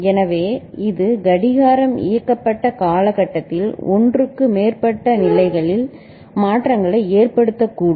எனவே இது கடிகாரம் இயக்கப்பட்ட காலகட்டத்தில் ஒன்றுக்கு மேற்பட்ட நிலைகளில்மாற்றங்களை ஏற்படுத்தக்கூடும்